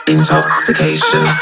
Intoxication